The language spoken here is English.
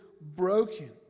broken